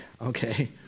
okay